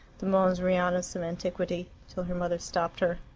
the mons rianus of antiquity, till her mother stopped her.